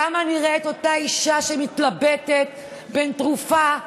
כמה נראה את אותה אישה שמתלבטת בין תרופה לנעליים?